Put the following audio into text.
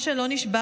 משה לא נשבר